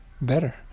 better